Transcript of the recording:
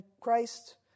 Christ